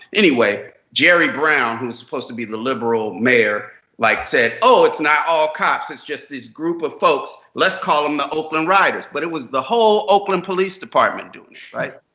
anyway, jerry brown, who is supposed to be the liberal mayor, like said oh, it's not all cops. it's just this group of folks. let's call them the oakland riders. but it was the whole oakland police department doing it. right?